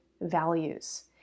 values